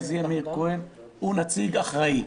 זה יהיה מאיר כהן הוא נציג אחראי,